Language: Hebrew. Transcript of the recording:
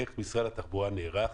איך משרד התחבורה נערך